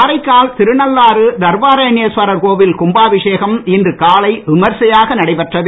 காரைக்கால் திருநள்ளாறு தர்பாரண்யேஸ்வரர் கோவில் கும்பாபிஷேகம் இன்று காலை விமரிசையாக நடைபெற்றது